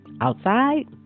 outside